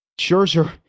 Scherzer